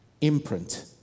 imprint